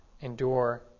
endure